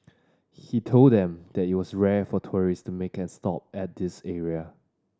he told them that it was rare for tourist to make a stop at this area